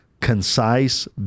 concise